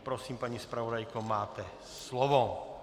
Prosím, paní zpravodajko, máte slovo.